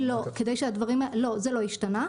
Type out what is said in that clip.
לא, זה לא השתנה.